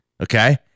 Okay